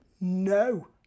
no